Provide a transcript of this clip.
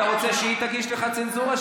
אתה רוצה שהיא תגיש לך צנזורה?